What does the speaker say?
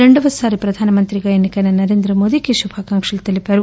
రెండోసారి ప్రధానిగా ఎన్పికైన నరేంద్రమోదీకి శుభాకాంక్షలు తెలిపారు